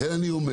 לכן אני אומר,